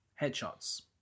headshots